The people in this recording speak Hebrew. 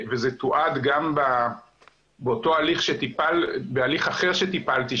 וזה תועד גם בהליך אחר שטיפלתי,